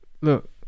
look